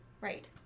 right